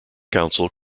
council